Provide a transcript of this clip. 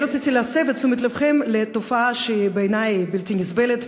רציתי להסב את תשומת לבכם לתופעה שהיא בעיני בלתי נסבלת,